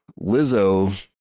lizzo